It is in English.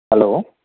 hello